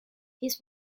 his